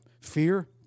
fear